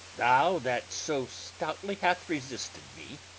thou that so stoutly hath resisted me,